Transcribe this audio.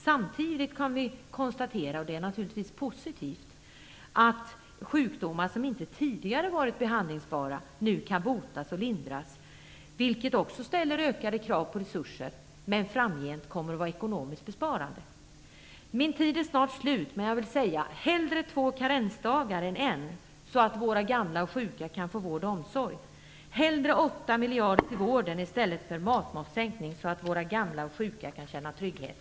Samtidigt kan vi konstatera - det är naturligtvis positivt - att sjukdomar som inte tidigare varit behandlingsbara nu kan botas och lindras, vilket också ställer ökade krav på resurser men framgent kommer att vara ekonomiskt besparande. Min tid är snart slut, men jag vill säga följande: Hellre två karensdagar än en, så att våra gamla och sjuka kan få vård och omsorg! Hellre åtta miljarder till vården i stället för matmomssänkning, så att våra gamla och sjuka kan känna trygghet!